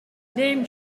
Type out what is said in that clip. name